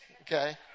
okay